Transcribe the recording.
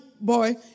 boy